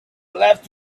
left